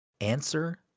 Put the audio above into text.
Answer